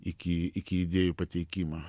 iki iki idėjų pateikimo